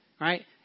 right